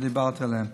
שדיברתי עליהן.